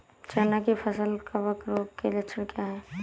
चना की फसल कवक रोग के लक्षण क्या है?